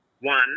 one